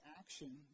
action